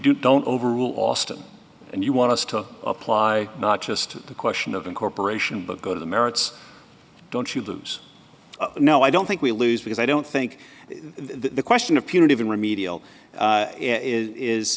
do don't overrule austin and you want us to apply not just the question of incorporation but go to the merits don't you lose no i don't think we lose because i don't think the question of punitive and remedial